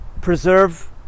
preserve